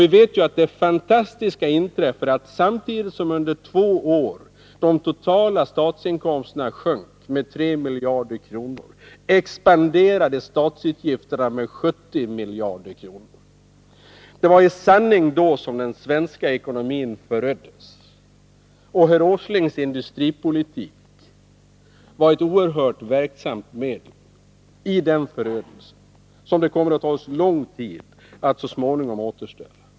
Vi vet också att det fantastiska inträffade, att samtidigt som de totala statsinkomsterna under två år sjönk med 3 miljarder kronor, så expanderade statsutgifterna med 70 miljarder. Det var i sanning då som den svenska ekonomin föröddes. Nils Åslings industripolitik var ett oerhört verksamt medel vid den förödelsen, som det kommer att ta lång tid att övervinna.